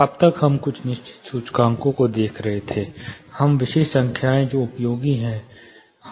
अब तक हम कुछ निश्चित सूचकांकों को देख रहे हैं अब विशिष्ट संख्याएं जो उपयोगी हैं